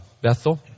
Bethel